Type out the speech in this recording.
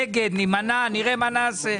נגד או להימנע; נראה מה נעשה.